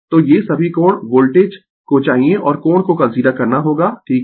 तो ये सभी कोण वोल्टेज को चाहिए और कोण को कंसीडर करना होगा ठीक है